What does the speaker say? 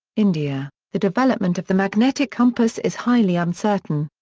india the development of the magnetic compass is highly uncertain.